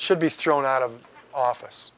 should be thrown out of office